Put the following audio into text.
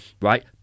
right